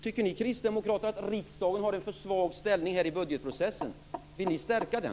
Tycker ni kristdemokrater att riksdagen har en för svag ställning i budgetprocessen? Vill ni stärka den?